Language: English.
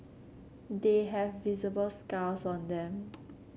they have visible scars on them